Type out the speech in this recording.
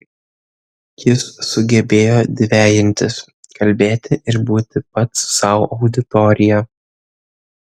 jis sugebėjo dvejintis kalbėti ir būti pats sau auditorija